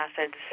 acids